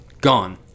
gone